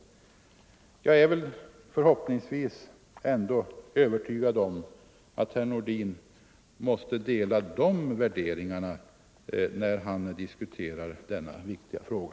Jag hoppas — och är ganska övertygad om -— att herr Nordin ändå omfattar de värderingarna när han diskuterar denna viktiga fråga.